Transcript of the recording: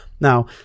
Now